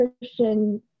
Christian